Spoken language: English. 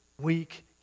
week